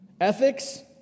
Ethics